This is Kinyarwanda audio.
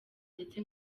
ndetse